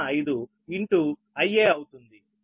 4605 into Ia అవుతుంది